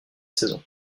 saison